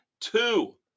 two